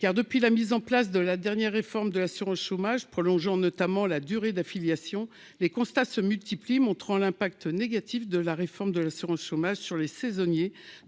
car depuis la mise en place de la dernière réforme de l'assurance chômage, prolongeant notamment la durée d'affiliation les constats se multiplient, montrant l'impact négatif de la réforme de l'assurance chômage sur les saisonniers,